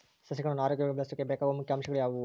ಸಸಿಗಳನ್ನು ಆರೋಗ್ಯವಾಗಿ ಬೆಳಸೊಕೆ ಬೇಕಾಗುವ ಮುಖ್ಯ ಅಂಶಗಳು ಯಾವವು?